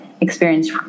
Experience